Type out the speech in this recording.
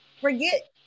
forget